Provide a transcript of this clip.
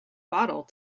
bottle